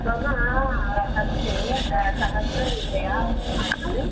मम हस्ते सहस्ररूप्यम् अस्ति